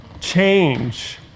Change